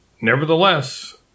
Nevertheless